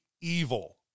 evil